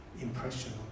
impression